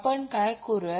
आपण काय करूया